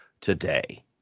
today